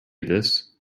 this